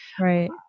Right